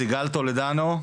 סיגל טולדנו,